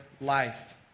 life